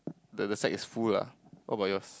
the the side is full ah what about yours